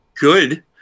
good